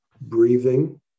breathing